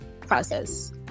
process